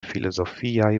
filozofiaj